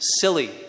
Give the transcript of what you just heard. silly